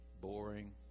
boring